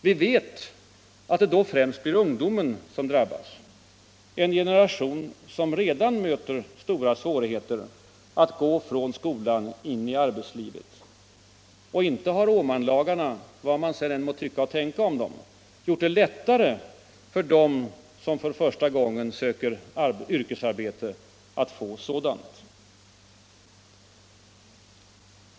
Vi vet att det då främst blir ungdomen som drabbas, en generation som redan möter stora svårigheter att gå från skolan in i arbetslivet. Och inte har Åmanlagarna — vad man sedan må tycka och tänka om dem =— gjort det lättare för dem som för första gången söker yrkesarbete att få sådant.